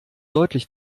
deutlich